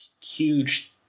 huge